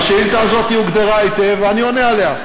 השאילתה הזאת הוגדרה היטב, ואני עונה עליה.